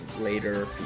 later